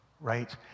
right